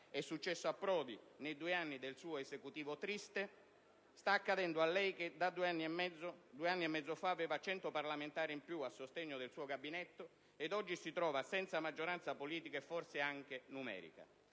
(è successo a Prodi nei due anni del suo Esecutivo triste, sta accadendo a lei che due anni e mezzo fa aveva 100 parlamentari in più a sostegno del suo Gabinetto, ed oggi si trova senza maggioranza politica e forse numerica);